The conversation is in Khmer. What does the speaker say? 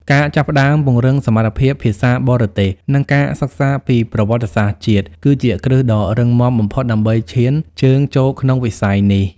ការចាប់ផ្តើមពង្រឹងសមត្ថភាពភាសាបរទេស និងការសិក្សាពីប្រវត្តិសាស្ត្រជាតិ គឺជាគ្រឹះដ៏រឹងមាំបំផុតដើម្បីឈានជើងចូលក្នុងវិស័យនេះ។